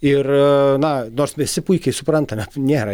ir na nors visi puikiai suprantame nėra